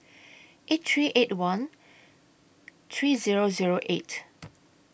eight three eight one three Zero Zero eight